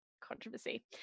controversy